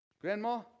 grandma